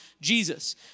Jesus